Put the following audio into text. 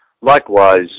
Likewise